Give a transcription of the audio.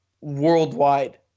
worldwide